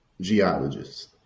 geologists